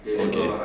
okay